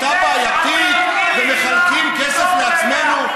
הן שיטה בעייתית ומחלקים כסף לעצמנו.